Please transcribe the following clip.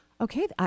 okay